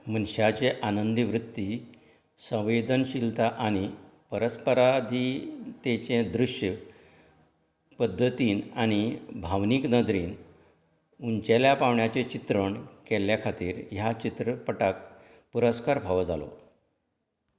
मनशाची आनंदी वृत्ती संवेदनशीलता आनी परस्पराधीनतेचें दृश्य पद्दतीन आनी भावनीक नदरेन उंचेल्या पावंड्याचे चित्रण केल्ले खातीर ह्या चित्रपटाक पुरस्कार फावो जालो